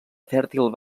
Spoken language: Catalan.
fèrtil